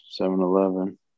7-Eleven